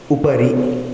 उपरि